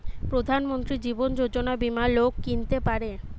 প্রধান মন্ত্রী জীবন যোজনা বীমা লোক কিনতে পারে